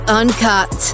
uncut